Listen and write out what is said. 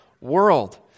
world